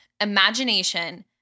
imagination